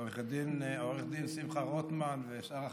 עו"ד שמחה רוטמן ושאר החברים,